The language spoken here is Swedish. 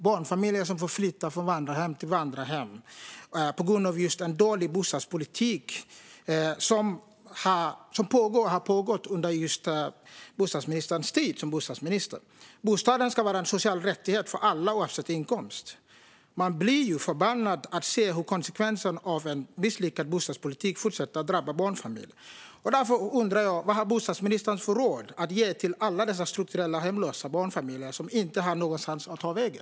Barnfamiljer får flytta från vandrarhem till vandrarhem på grund av en dålig bostadspolitik, något som pågår och har pågått under Per Bolunds tid som bostadsminister. Bostad ska vara en social rättighet för alla oavsett inkomst. Man blir förbannad över att se hur konsekvenserna av en misslyckad bostadspolitik fortsätter att drabba barnfamiljer. Därför undrar jag: Vad har bostadsministern för råd att ge till alla dessa strukturellt hemlösa barnfamiljer som inte har någonstans att ta vägen?